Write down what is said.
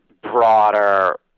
broader